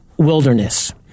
wilderness